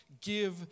give